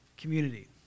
community